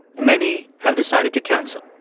many have decided to cancel